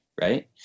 right